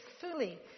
fully